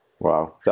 Wow